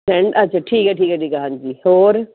friend ਅੱਛਾ ਠੀਕ ਹੈ ਠੀਕ ਹੈ ਠੀਕ ਹੈ ਹਾਂਜੀ ਹੋਰ